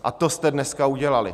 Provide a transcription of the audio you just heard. A to jste dneska udělali.